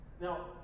Now